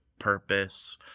purpose